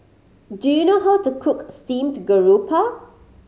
do you know how to cook steamed garoupa